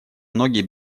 многие